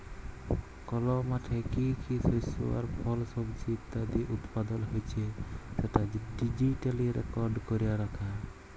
call মাঠে কি কি শস্য আর ফল, সবজি ইত্যাদি উৎপাদল হচ্যে সেটা ডিজিটালি রেকর্ড ক্যরা রাখা